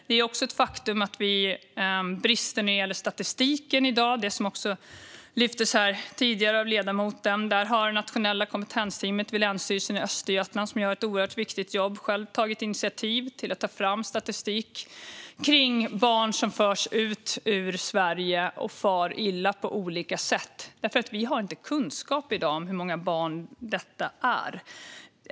Det är också ett faktum att det finns brister när det gäller statistiken i dag. Det lyftes här fram tidigare av ledamoten. Där har Nationella kompetensteamet vid Länsstyrelsen i Östergötland, som gör ett oerhört viktigt jobb, själv tagit initiativ till att ta fram statistik över barn som förs ut ur Sverige och far illa på olika sätt. Vi har i dag inte kunskap om hur många barn detta är.